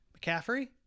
McCaffrey